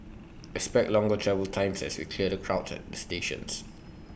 expect longer travel times as we clear the crowds at the stations